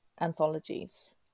anthologies